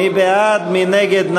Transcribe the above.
מי בעד, מי נגד?